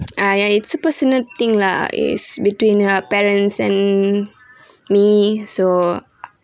!aiya! it's a personal thing lah it's between uh parents and me so